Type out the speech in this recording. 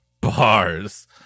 Bars